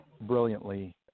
brilliantly